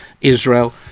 Israel